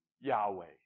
Yahweh